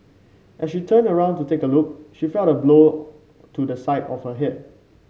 as she turned around to take a look she felt a blow to the side of her head